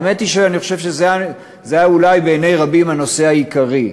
האמת היא שאני חושב שאולי בעיני רבים זה הנושא העיקרי.